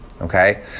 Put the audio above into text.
okay